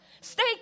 stay